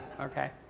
okay